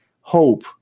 hope